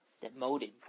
Demoted